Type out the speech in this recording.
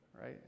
right